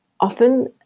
Often